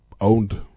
owned